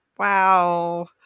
wow